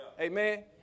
amen